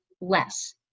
less